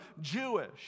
Jewish